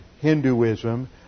Hinduism